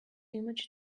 image